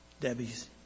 Debbie's